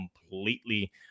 completely